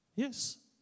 Yes